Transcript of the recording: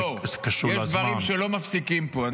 לא, יש דברים שלא מפסיקים פה.